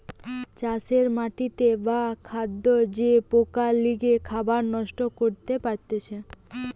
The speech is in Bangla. চাষের মাটিতে বা খাদ্যে যে পোকা লেগে খাবার নষ্ট করতে পারতিছে